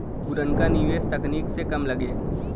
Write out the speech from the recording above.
पुरनका निवेस तकनीक से कम लगे